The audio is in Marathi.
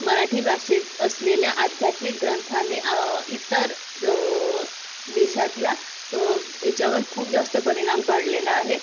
मराठी भाषेत असलेल्या आध्यात्मिक ग्रंथाने इतर देशातल्या याच्यावर खूप जास्त परिणाम पाडलेला आहे